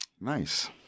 Nice